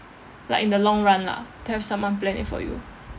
like in the long run lah to have someone plan it for you